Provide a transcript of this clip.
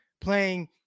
playing